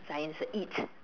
Zion's a it